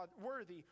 worthy